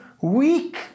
Weak